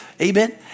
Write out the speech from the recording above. Amen